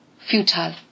Futile